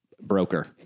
Broker